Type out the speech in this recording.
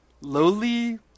lowly